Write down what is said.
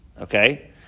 Okay